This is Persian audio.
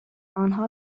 آنها